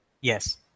Yes